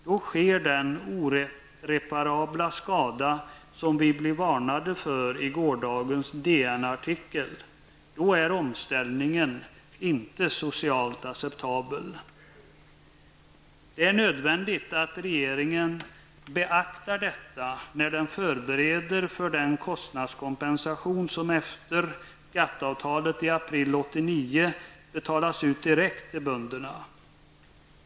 Då sker den oreparabla skada som vi blev varnade för i gårdagens DN-artikel. Då är omställningen inte socialt acceptabel. Det är nödvändigt att regeringen beaktar detta när den förbereder för den kostnadskompensation som, efter GATT-avtalet i april 1989, betalas ut direkt till bönderna.